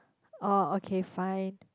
oh okay fine